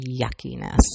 yuckiness